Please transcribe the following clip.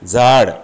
झाड